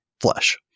flesh